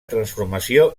transformació